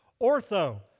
Ortho